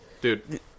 Dude